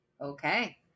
okay